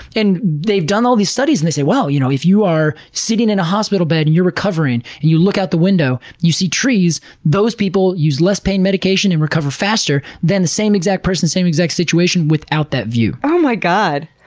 they've done all these studies and they said wow, you know, if you are sitting in a hospital bed and you're recovering, and you look out the window and you see trees those people use less pain medication and recover faster than the same exact person, same exact situation without that view. oh my god!